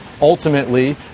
ultimately